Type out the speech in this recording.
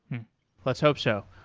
let's hope so.